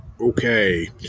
okay